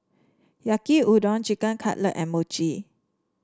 Yaki Udon Chicken Cutlet and Mochi